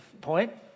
point